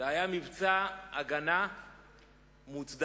זה היה מבצע הגנה מוצדק.